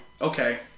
okay